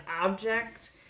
object